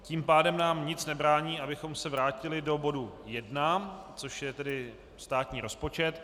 Tím pádem nám nic nebrání, abychom se vrátili do bodu 1, což je státní rozpočet.